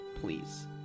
please